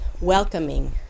welcoming